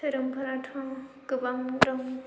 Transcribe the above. धोरोमफोराथ' गोबां दं